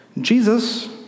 Jesus